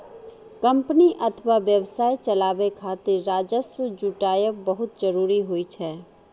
company अथवा व्यवसाय चलाबै खातिर राजस्व जुटायब बहुत जरूरी होइ छै